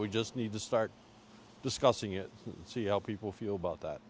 we just need to start discussing it and see how people feel about that